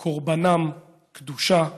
קורבנם, קדושה,